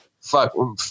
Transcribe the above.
fuck